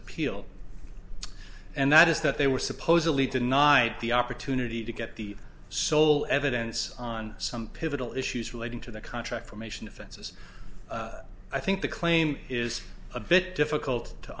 appeal and that is that they were supposedly denied the opportunity to get the sole evidence on some pivotal issues relating to the contract from asian offenses i think the claim is a bit difficult to